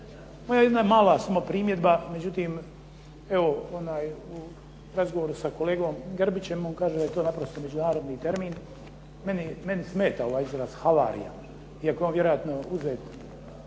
Moja jedna samo mala primjedba. U razgovoru sa kolegom Grbićem, on naprosto kaže da je to međunarodni termin. Meni smeta ovaj izraz havarija, iako je on vjerojatno uzet